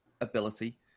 ability